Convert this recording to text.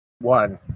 One